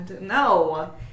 No